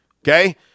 Okay